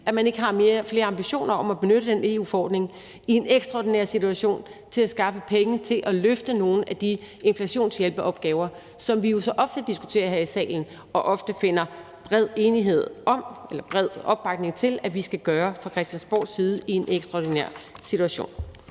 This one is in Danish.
at man ikke har flere ambitioner om at benytte den EU-forordning i en ekstraordinær situation til at skaffe penge til at løfte nogle af de opgaver med inflationshjælp, som vi jo så ofte diskuterer her i salen og ofte finder bred opbakning til at vi skal løfte fra Christiansborgs side i en ekstraordinær situation.